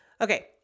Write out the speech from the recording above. Okay